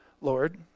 Lord